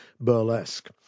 Burlesque